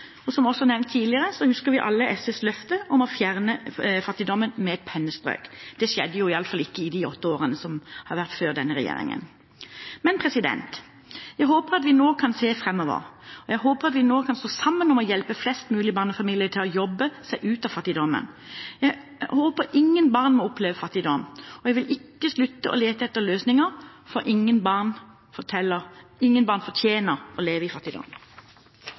Som også nevnt tidligere, husker vi alle SVs løfte om å fjerne fattigdommen med et pennestrøk. Det skjedde iallfall ikke i de åtte årene før denne regjeringen. Men jeg håper at vi nå kan se framover, og jeg håper at vi nå kan stå sammen om å hjelpe flest mulig barnefamilier til å jobbe seg ut av fattigdommen. Jeg håper ingen barn må oppleve fattigdom, og jeg vil ikke slutte å lete etter løsninger, for ingen barn fortjener å leve i fattigdom.